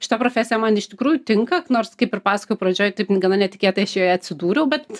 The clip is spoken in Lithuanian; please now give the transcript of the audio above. šita profesija man iš tikrųjų tinka nors kaip ir pasakojau pradžioj taip gana netikėtai aš joje atsidūriau bet